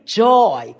joy